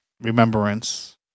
remembrance